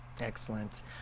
Excellent